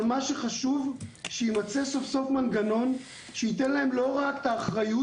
אבל מה שחשוב שיימצא סוף סוף מנגנון שייתן להם לא רק את האחריות,